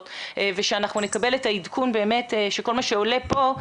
ושאנחנו נקבל את העדכון באמת שכל מה שעולה פה,